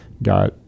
got